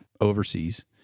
overseas